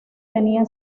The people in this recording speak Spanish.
tenía